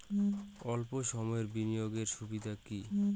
অল্প সময়ের বিনিয়োগ এর সুবিধা কি?